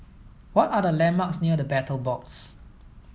what are the landmarks near The Battle Box